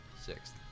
Sixth